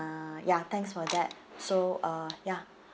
uh ya thanks for that so uh ya